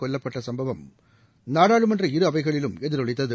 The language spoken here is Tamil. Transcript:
கொல்லப்பட்ட சம்பவம் நாடாளுமன்றத்தில் இரு அவைகளிலும் எதிரொலித்தது